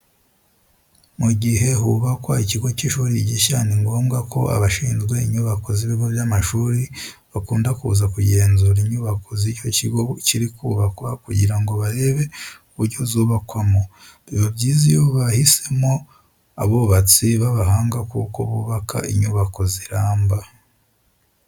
Mu gihe hubakwa ikigo cy'ishuri gishya ni ngombwa ko abashinzwe inyubako z'ibigo by'amashuri bakunda kuza kugenzura inyubako z'icyo kigo kiri kubakwa kugira ngo barebe uburyo zubakwamo. Biba byiza iyo bahisemo abubatsi b'abahanga kuko bubaka inyubako ziramba.